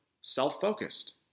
self-focused